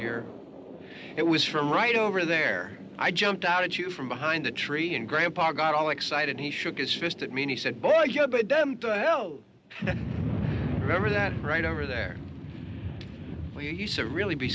here it was from right over there i jumped out at you from behind the tree and grandpa got all excited he shook his fist at me and he said bojo but dumb to hell remember that right over there lisa really be